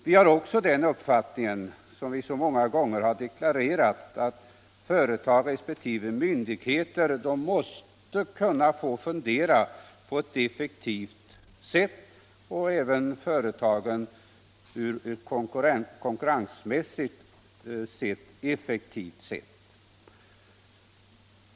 Vi har också den uppfattningen, som vi så många gånger har deklarerat, att företag resp. myndigheter måste kunna få fungera på ett effektivt sätt, även konkurrensmässigt.